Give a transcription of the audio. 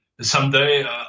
someday